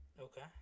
okay